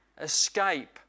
escape